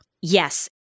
Yes